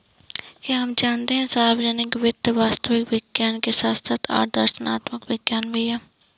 क्या आप जानते है सार्वजनिक वित्त वास्तविक विज्ञान के साथ साथ आदर्शात्मक विज्ञान भी है?